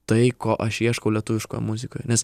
tai ko aš ieškau lietuviškoj muzikoj nes